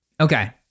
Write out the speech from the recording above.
Okay